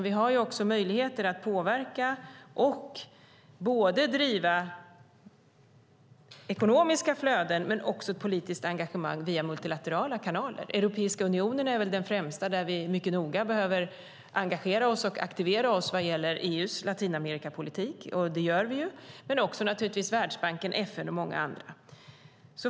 Vi har också möjligheter att påverka och driva ekonomiska flöden men också politiskt engagemang via multilaterala kanaler. Europeiska unionen är väl den främsta, där vi mycket noga behöver engagera oss och aktivera oss vad gäller EU:s Latinamerikapolitik, vilket vi gör, men vi har naturligtvis också Världsbanken, FN och många andra.